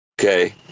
Okay